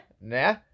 Nah